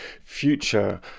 future